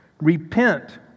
Repent